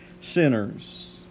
Sinners